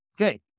Okay